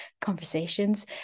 conversations